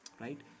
right